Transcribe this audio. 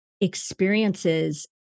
experiences